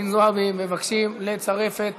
חנין זועבי מבקשים לצרף את